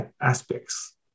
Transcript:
aspects